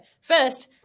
First